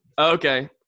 Okay